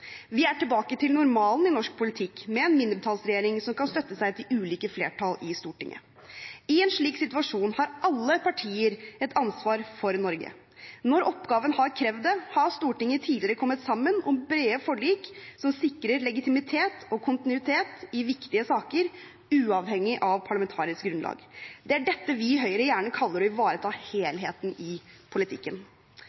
Vi er tilbake til normalen i norsk politikk med en mindretallsregjering som kan støtte seg til ulike flertall i Stortinget. I en slik situasjon har alle partier et ansvar for Norge. Når oppgaven har krevd det, har Stortinget tidligere kommet sammen om brede forlik som sikrer legitimitet og kontinuitet i viktige saker, uavhengig av parlamentarisk grunnlag. Det er dette vi i Høyre gjerne kaller å ivareta